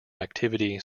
activity